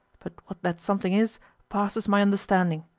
but what that something is passes my understanding.